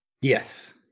Yes